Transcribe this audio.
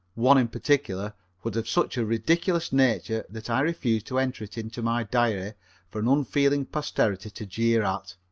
one in particular was of such a ridiculous nature that i refuse to enter it into my diary for an unfeeling posterity to jeer at.